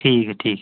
ठीक ऐ ठीक